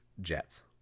Jets